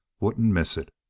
wouldn't miss it.